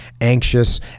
anxious